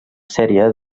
sèrie